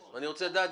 נאמנות.